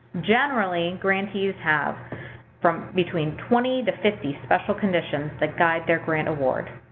generally, grantees have from between twenty to fifty special conditions that guide their grant award.